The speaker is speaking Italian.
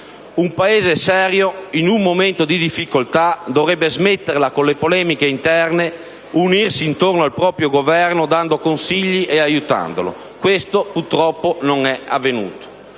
Un Paese serio, in un momento di difficoltà, dovrebbe smetterla con le polemiche interne e unirsi intorno al proprio Governo, dando consigli e aiutandolo. Questo, purtroppo, non è avvenuto.